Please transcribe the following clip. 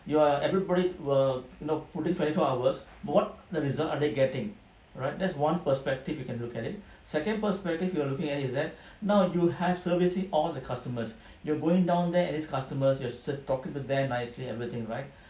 you are everybody will you know put in twenty four hours what the result are they getting right that's one perspective you can look at it second perspective you're looking at is that now you have servicing all the customers you're going down there at these customers you have to talk to them nicely everything right